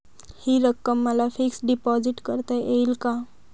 हि रक्कम मला फिक्स डिपॉझिट करता येईल का?